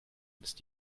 ist